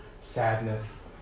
sadness